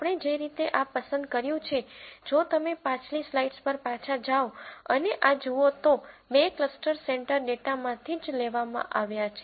આપણે જે રીતે આ પસંદ કર્યું છે જો તમે પાછલી સ્લાઇડ્સ પર પાછા જાઓ અને આ જુઓ તો બે ક્લસ્ટર સેન્ટર ડેટામાંથી જ લેવામાં આવ્યા છે